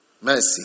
Mercy